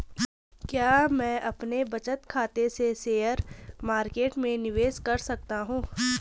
क्या मैं अपने बचत खाते से शेयर मार्केट में निवेश कर सकता हूँ?